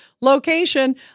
location